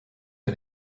can